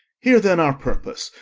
hear, then, our purpose,